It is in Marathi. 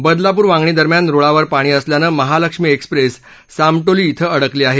बदलापूर वांगणी दरम्यान रुळावर पाणी असल्यानं महालक्ष्मी एक्सप्रेस सामटोली धिं अडकली आहे